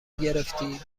گرفتی